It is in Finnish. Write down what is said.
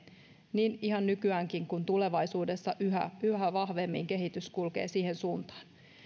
niin ihan nykyäänkin kuin tulevaisuudessa yhä yhä vahvemmin kehitys kulkee siihen suuntaan